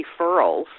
referrals